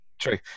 True